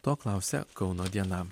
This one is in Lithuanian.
to klausia kauno diena